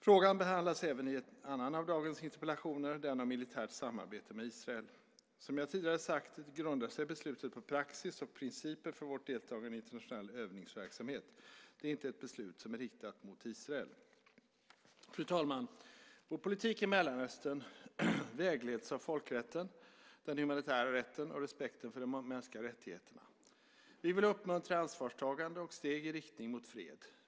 Frågan behandlas även i en annan av dagens interpellationer, den om militärt samarbete med Israel. Som jag tidigare sagt grundar sig beslutet på praxis och principer för vårt deltagande i internationell övningsverksamhet. Det är inte ett beslut som är riktat mot Israel. Fru talman! Vår politik i Mellanöstern vägleds av folkrätten, den humanitära rätten och respekten för de mänskliga rättigheterna. Vi vill uppmuntra ansvarstagande och steg i riktning mot fred.